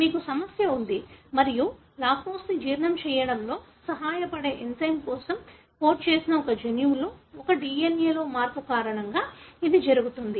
మీకు సమస్య ఉంది మరియు లాక్టోస్ని జీర్ణం చేయడంలో సహాయపడే ఎంజైమ్ కోసం కోడ్ చేసే ఒక జన్యువులో ఒక DNA లో మార్పు కారణంగా ఇది జరుగుతుంది